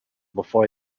before